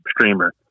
streamer